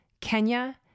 Kenya